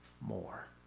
more